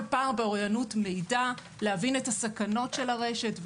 פער באוריינות מידע להבין את הסכנות של הרשת,